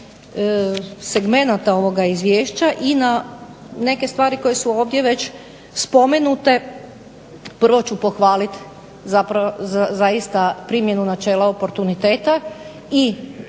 segmenata ovoga izvješća i na neke stvari koje su ovdje već spomenute. Prvo ću pohvaliti zaista primjenu načela oportuniteta